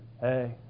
Hey